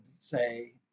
say